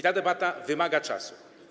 Ta debata wymaga czasu.